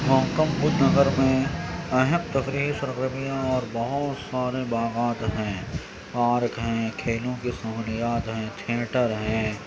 گوتم بدھ نگر میں اہم تفریحی سرگرمیاں اور بہت سارے باغات ہیں اور کھیلوں کے سہولیات ہیں ٹھیٹر ہیں